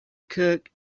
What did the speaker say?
cook